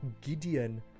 Gideon